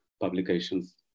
publications